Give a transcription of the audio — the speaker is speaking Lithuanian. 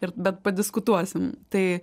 ir padiskutuosim tai